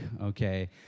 okay